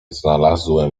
znalazłem